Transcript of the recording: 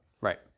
Right